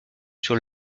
sur